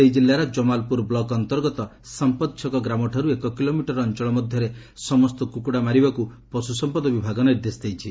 ସେହି ଜିଲ୍ଲାର ଜମାଲପୁର ବ୍ଲକ୍ ଅନ୍ତର୍ଗତ ସଂପତଛକ ଗ୍ରାମଠାରୁ ଏକ କିଲୋମିଟର ଅଞ୍ଚଳ ମଧ୍ୟରେ ସମସ୍ତ କୁକୁଡ଼ା ମାରିବାକୁ ପଶୁସଂପଦ ବିଭାଗ ନିର୍ଦ୍ଦେଶ ଦେଇଛି